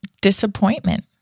disappointment